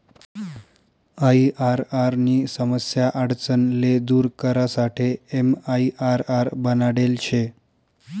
IRR नी समस्या आडचण ले दूर करासाठे एमआईआरआर बनाडेल शे